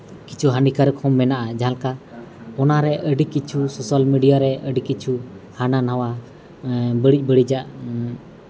ᱠᱤᱪᱷᱩ ᱦᱟᱹᱱᱤ ᱠᱟᱨᱚᱠ ᱦᱚᱸ ᱢᱮᱱᱟᱜᱼᱟ ᱡᱟᱦᱟᱸᱞᱮᱠᱟ ᱚᱱᱟ ᱨᱮ ᱟᱹᱰᱤ ᱠᱤᱪᱷᱩ ᱥᱳᱥᱟᱞ ᱢᱤᱰᱤᱭᱟ ᱨᱮ ᱟᱹᱰᱤ ᱠᱤᱪᱷᱩ ᱦᱟᱱᱟ ᱱᱟᱣᱟ ᱵᱟᱹᱲᱤᱡᱽ ᱵᱟᱹᱲᱤᱡᱟᱜ